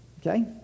Okay